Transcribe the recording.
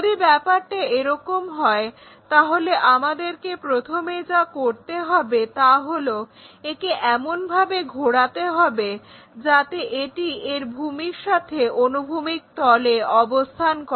যদি ব্যাপারটা এরকম হয় তাহলে আমাদেরকে প্রথমে যা করতে হবে তা হলো একে এমনভাবে ঘোরাতে হবে যাতে এটি এর ভূমির সাহায্যে অনুভূমিক তলে অবস্থান করে